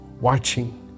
watching